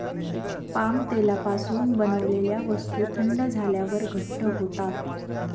palm तेलापासून बनवलेल्या वस्तू थंड झाल्यावर घट्ट होतात